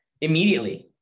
immediately